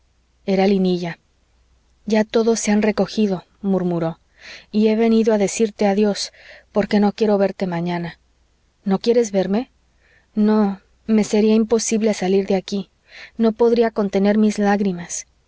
era linilla ya todos se han recogido murmuró y he venido a decirte adiós porque no quiero verte mañana no quieres verme no me sería imposible salir de aquí no podría contener mis lágrimas